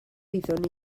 wyddwn